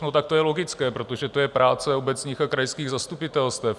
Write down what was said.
No tak to je logické, protože to je práce obecních a krajských zastupitelstev.